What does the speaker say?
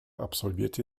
absolvierte